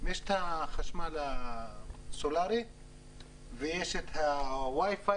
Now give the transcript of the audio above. יש את החשמל הסולרי ויש את ה-WI-FI